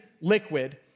Liquid